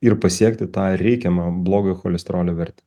ir pasiekti tą reikiamą blogojo cholesterolio vertę